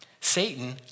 Satan